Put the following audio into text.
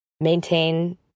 maintain